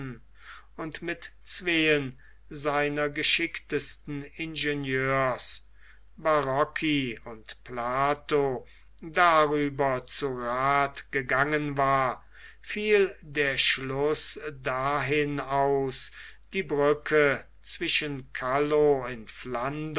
und mit zweien seiner geschicktesten ingenieurs barocci und plato darüber zu rath gegangen war fiel der schluß dahin aus die brücke zwischen calloo in flandern